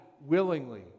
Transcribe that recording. willingly